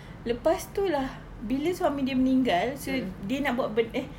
lepas itu lah bila suami dia meninggal so dia nak buat ben~ eh